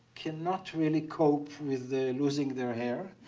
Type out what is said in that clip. cannot really cope with losing their hair,